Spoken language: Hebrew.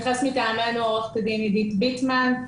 מטעמנו תתייחס עורכת הדין עידית ביטמן,